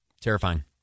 Terrifying